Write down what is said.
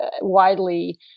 widely